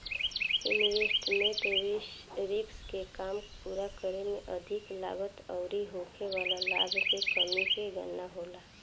investment risk के काम पूरा करे में अधिक लागत अउरी होखे वाला लाभ के कमी के गणना होला